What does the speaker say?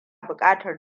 buƙatar